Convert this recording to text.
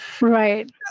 Right